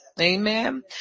Amen